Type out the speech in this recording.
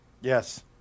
Yes